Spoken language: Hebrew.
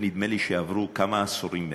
ונדמה לי שעברו כמה עשורים מאז.